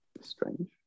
strange